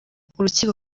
urukiko